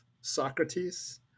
Socrates